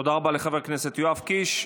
תודה רבה לחבר הכנסת יואב קיש.